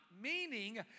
Meaning